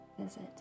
visit